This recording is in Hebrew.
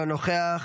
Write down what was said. אינו נוכח,